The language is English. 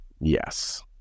Yes